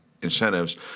incentives